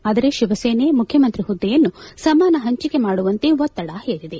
ಆದರೆ ಶಿವಸೇನೆ ಮುಖ್ಣಮಂತ್ರಿ ಹುದ್ದೆಯನ್ನು ಸಮಾನ ಹಂಚಿಕೆ ಮಾಡುವಂತೆ ಒತ್ತಡ ಹೇರಿದೆ